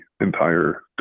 entire